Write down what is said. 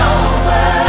over